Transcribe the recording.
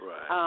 Right